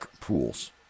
pools